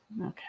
Okay